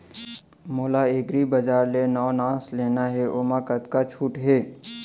मोला एग्रीबजार ले नवनास लेना हे ओमा कतका छूट हे?